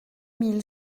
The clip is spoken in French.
mille